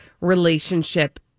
relationship